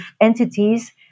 entities